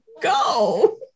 go